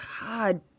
God